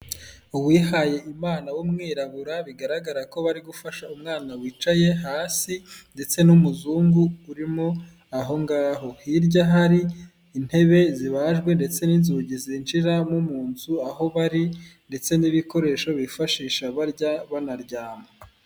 Uwihayimana w'umwirabura bigaragara ko bari gufasha umwana wicaye hasi ndetse n'umuzungu urimo aho ngaho hirya hari intebe zibajwe ndetse n'inzugi zinjira mu nzu aho bari ndetse n'ibikoresho bifashisha barya banaryama.